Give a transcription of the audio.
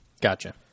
Gotcha